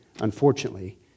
unfortunately